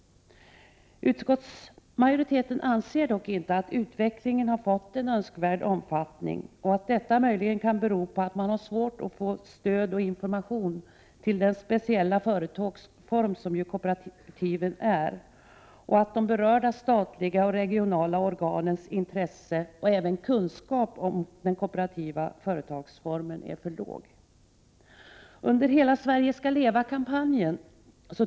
Utskottsmajoriteten anser dock inte att utvecklingen har fått önskvärd omfattning. Detta kan möjligen bero på att man har svårt att få stöd och information till den speciella företagsform som kooperativen utgör och att de berörda statliga och regionala organens intresse och även kunskap om den kooperativa företagsformen är för låg. Under kampanjen Hela Sverige ska leva!